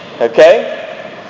Okay